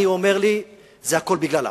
מי זה?